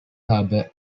harbour